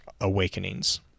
awakenings